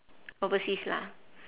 overseas lah